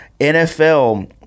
NFL